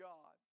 God